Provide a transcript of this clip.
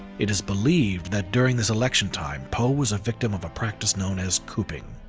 it is believed that during this election time, poe was a victim of a practice known as cooping.